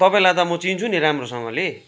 तपाईँलाई त म चिन्छु नि राम्रोसँगले